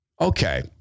Okay